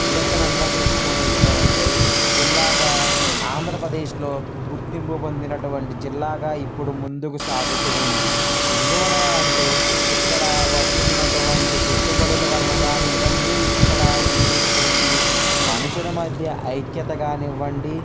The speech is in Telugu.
నిదర్శనంగా చెప్పుకునేటటువంటి జిల్లాగా ఆంధ్రప్రదేశ్లో గుర్తింపు పొందినటువంటి జిల్లాగా ఇప్పుడు ముందుకు సాగుతుంది ఎందువలన అంటే ఇక్కడ వస్తున్న అటువంటి పెట్టుబడుల వలన కానివ్వండి ఇక్కడ ఉండే అటువంటి మనుషుల మధ్య ఐక్యత కానివ్వండి